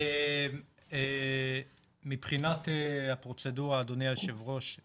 אני מתחייב שהפיליבסטר שלי לא יהיה ארוך כמו של פינדרוס אתמול בלילה.